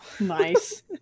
nice